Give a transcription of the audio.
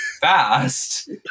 fast